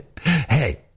Hey